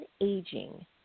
aging